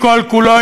כל כולו,